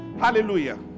Hallelujah